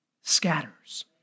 scatters